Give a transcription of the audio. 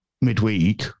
midweek